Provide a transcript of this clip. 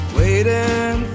waiting